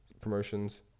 promotions